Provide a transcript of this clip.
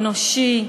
אנושי,